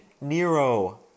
Nero